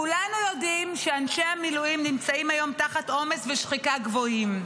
כולנו יודעים שאנשי המילואים נמצאים היום תחת עומס ושחיקה גבוהים.